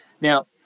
now